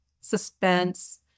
suspense